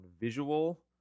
visual